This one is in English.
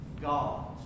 God